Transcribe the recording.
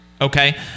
Okay